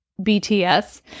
BTS